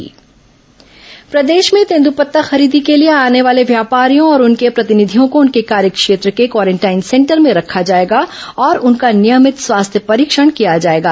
corona तें दृपत्ता संग्रहण प्रदेश में तेंदूपत्ता खरीदी के लिए आने वाले व्यापारियों और उनके प्रतिनिधियों को उनके कार्यक्षेत्र के क्वारेंटाइन सेंटर में रखा जाएगा और उनका नियमित स्वास्थ्य परीक्षण किया जाएगा